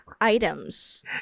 items